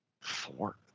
four